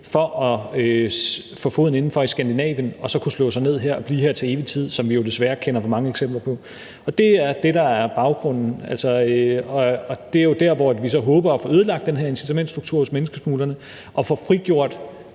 for at få foden indenfor i Skandinavien og så kunne slå sig ned her og blive her til evig tid, hvad vi jo desværre kender for mange eksempler på. Det er det, der er baggrunden. Det er jo der, hvor vi håber at få ødelagt den her incitamentsstruktur hos menneskesmuglerne og få frigjort